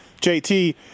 JT